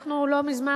אנחנו לא מזמן,